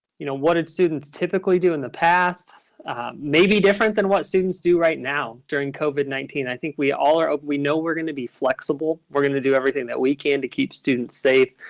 you know, what did students typically do in the past may be different than what students do right now during covid nineteen. i think we all are we know we're going to be flexible. we're going to do everything that we can to keep students safe.